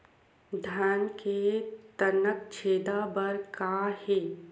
धान के तनक छेदा बर का हे?